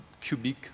cubic